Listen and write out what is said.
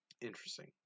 interesting